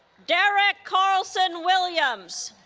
derek carlson williams